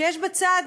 יש בצד,